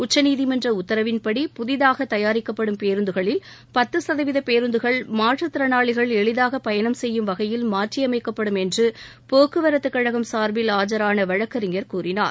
உச்சநீதிமன்ற உத்தரவுப்படி புதிதாக தயாரிக்கப்படும் பேருந்துகளில் பத்து சதவீத பேருந்துகள் மாற்றத் திறனாளிகள் எளிதாக பயணம் செய்யும் வகையில் மாற்றியமைக்கப்படும் என்று போக்குவரத்துக் கழகம் சார்பில் ஆஜரான வழக்கறிஞர் கூறினார்